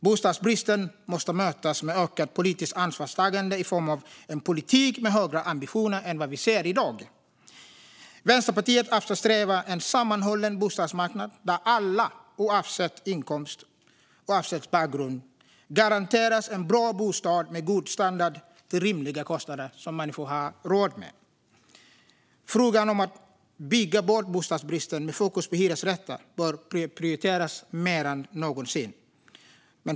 Bostadsbristen måste mötas med ett ökat politiskt ansvarstagande i form av en politik med högre ambitioner än vad vi ser i dag. Vänsterpartiet eftersträvar en sammanhållen bostadsmarknad där alla, oavsett inkomst och bakgrund, garanteras en bra bostad med god standard till rimliga kostnader som människor har råd med. Frågan om att bygga bort bostadsbristen med fokus på hyresrätter bör prioriteras mer än någonsin.